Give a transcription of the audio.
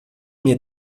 mir